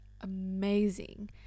amazing